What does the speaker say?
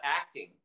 acting